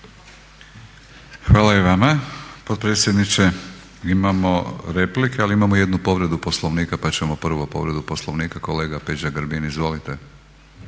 Hvala i vama potpredsjedniče. Imamo replike ali imamo i jednu povredu Poslovnika. Pa ćemo prvo povredu Poslovnika, kolega Peđa Grbin, izvolite.